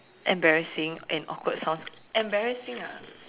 embarrassing and awkward sounds embarrassing ah